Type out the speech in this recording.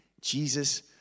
Jesus